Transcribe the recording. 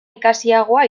ikasiagoa